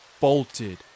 bolted